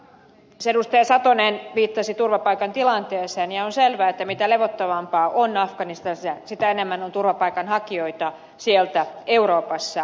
satonen viittasi turvapaikkatilanteeseen ja on selvää että mitä levottomampaa on afganistanissa sitä enemmän on turvapaikanhakijoita sieltä euroopassa